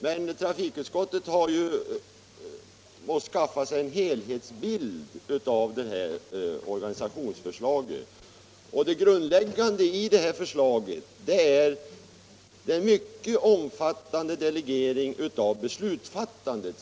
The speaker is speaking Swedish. Men trafikutskottet har ju måst skaffa — Nv organisation för sig en helhetsbild av organisationsförslaget, och det grundläggande i för postverket slaget är en mycket omfattande delegering av beslutsfattandet.